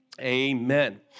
amen